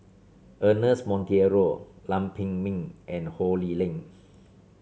Ernest Monteiro Lam Pin Min and Ho Lee Ling